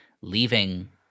leaving